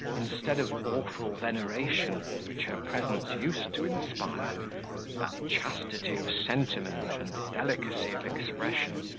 instead of awful veneration, which her presence used to inspire, that chastity of sentiment, and delicacy of expression,